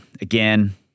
Again